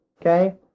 Okay